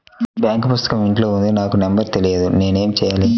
Bank పుస్తకం ఇంట్లో ఉంది నాకు నంబర్ తెలియదు నేను ఏమి చెయ్యాలి?